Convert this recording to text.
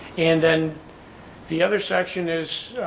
and then the other section is